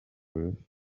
worth